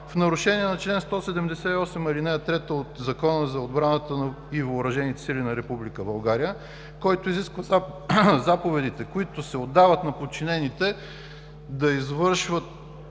в нарушение на чл. 178, ал. 3 от Закона за отбраната и въоръжените сили на Република България, който изисква заповедите, които се отдават на подчинените да извършват